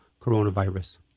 coronavirus